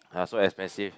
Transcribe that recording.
uh so expensive